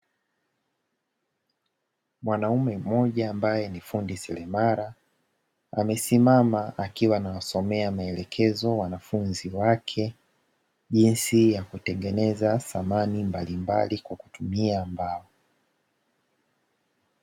Mwanaume mmoja ambaye ni fundi seremala, amesimama akiwa anawasomea maelekezo wanafunzi wake, jinsi ya kutengeneza samani mbalimbali kwa kutumia mbao.